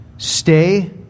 Stay